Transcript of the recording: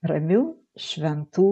ramių šventų